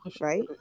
right